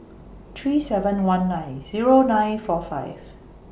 three seven one nine Zero nine four five